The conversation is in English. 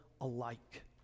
alike